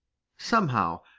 somehow,